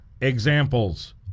examples